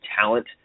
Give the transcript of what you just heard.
talent